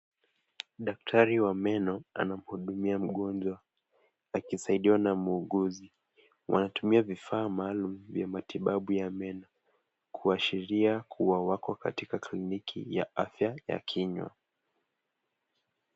Daktari wa meno anamhudumia mgonjwa akisaidiwa na muguuzi. Wanatumia vifaa maalum vya matibabu ya meno kuashiria kuwa wako katika kliniki ya afya ya kinywa.